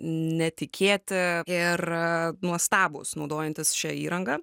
netikėti ir nuostabūs naudojantis šia įranga